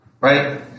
Right